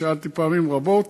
שאלתי פעמים רבות